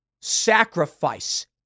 sacrifice